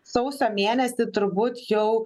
sausio mėnesį turbūt jau